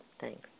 Thanks